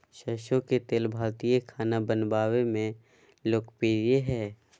सरसो के तेल भारतीय खाना बनावय मे लोकप्रिय हइ